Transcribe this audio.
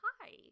hi